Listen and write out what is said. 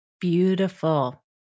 Beautiful